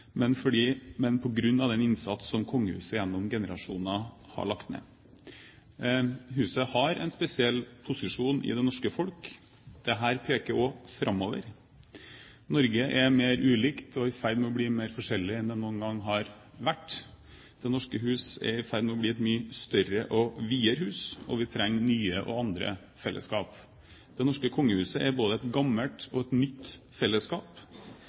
men på grunn av den innsats som kongehuset gjennom generasjoner har lagt ned. Kongehuset har en spesiell posisjon i det norske folk. Dette peker også framover. Norge er mer ulikt og i ferd med å bli mer forskjellig enn det noen gang har vært. Det norske hus er i ferd med å bli et mye større og videre hus, og vi trenger nye og andre fellesskap. Det norske kongehuset er både et gammelt og et nytt fellesskap,